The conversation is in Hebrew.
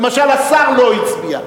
למשל, השר לא הצביע.